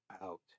out